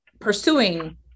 pursuing